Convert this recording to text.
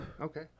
Okay